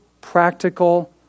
practical